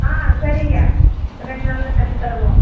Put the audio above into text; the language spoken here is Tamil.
ஆ சரிங்க ரெண்டு நாளில் தைச்சித் தருவோம்